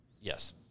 Yes